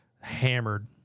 hammered